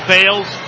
Fails